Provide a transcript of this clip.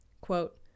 Quote